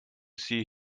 see